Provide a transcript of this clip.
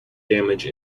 damage